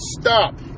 stop